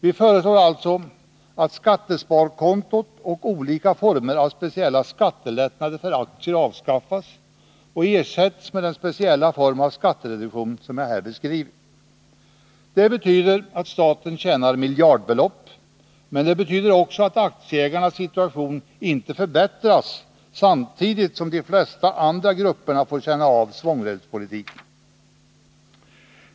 Vi föreslår alltså att skattesparkontot och olika former av speciella skattelättnader för aktier avskaffas och att de ersätts med den speciella form av skattereduktion som jag här beskrivit. Det betyder att staten tjänar miljardbelopp, men det betyder också att aktieägarnas situation inte förbättras samtidigt som de flesta andra grupper får känna av svångsremspolitiken.